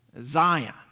Zion